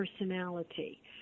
personality